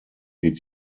wird